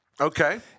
Okay